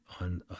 on